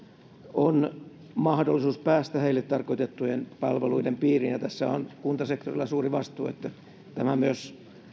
on mahdollisuus päästä heille tarkoitettujen palveluiden piiriin tässä on kuntasektorilla suuri vastuu että tämä myös